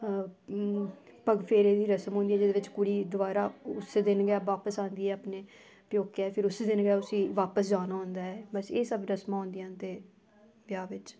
पग्ग फेरे दी रस्म होंदी ऐ ओह्दे बाद कुड़ी दे फेरे जंदी ऐ उसे दिन बापस उं'दी ऐ फिर प्योके उसी थोह्डे दिन बाद बापस जाना होंदा ऐ बस एह् सब होंदा ऐ ब्याह बिच